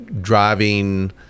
driving